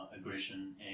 aggression